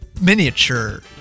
miniature